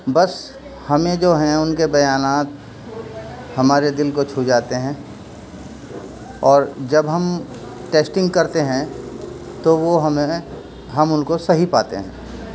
بس ہمیں جو ہیں ان کے بیانات ہمارے دل کو چھو جاتے ہیں اور جب ہم ٹیسٹنگ کرتے ہیں تو وہ ہمیں ہم ان کو صحیح پاتے ہیں